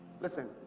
Listen